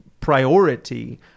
priority